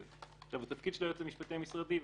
התפקיד של היועץ המשפטי המשרדי,